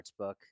sportsbook